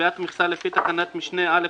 קביעת מכסה לפי תקנת משנה (א)(1)